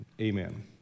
amen